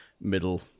middle